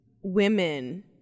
women